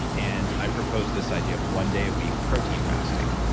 and i proposed this idea of one day a week protein fasting,